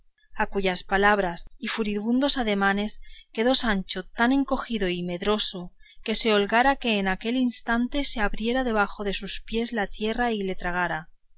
a cuyas palabras y furibundos ademanes quedó sancho tan encogido y medroso que se holgara que en aquel instante se abriera debajo de sus pies la tierra y le tragara